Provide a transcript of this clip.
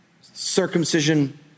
circumcision